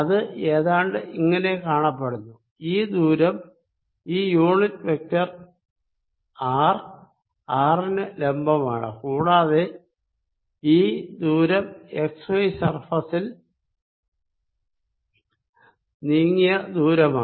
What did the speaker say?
അത് ഏതാണ്ട് ഇങ്ങനെ കാണപ്പെടുന്നു ഈ ദൂരം ഈ യൂണിറ്റ് വെക്ടർ ആർ ആറിന് ലംബമാണ് കൂടാതെ ഈ ദൂരം എക്സ് വൈ സർഫേസിൽ നീങ്ങിയ ദൂരമാണ്